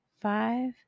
five